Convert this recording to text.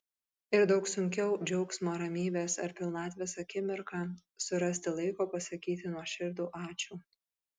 ir daug sunkiau džiaugsmo ramybės ar pilnatvės akimirką surasti laiko pasakyti nuoširdų ačiū